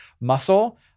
muscle